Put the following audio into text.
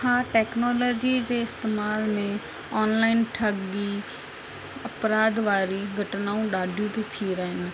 हा टैक्नोलॉजी जे इस्तेमाल में ऑनलाइन ठगी अपराध वारी घटनाऊं ॾाढियूं थी थी रहनि